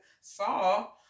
saw